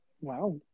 Wow